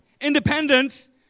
Independence